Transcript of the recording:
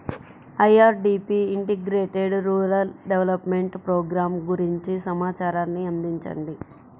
IRDP integrated rural development programme గురించి సమాచారాన్ని అందించండి?